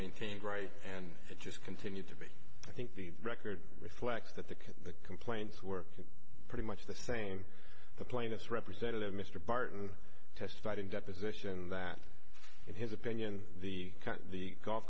maintained right and it just continued to be i think the record reflects that the complaints were pretty much the saying the plaintiffs representative mr barton testified in deposition that in his opinion the the golf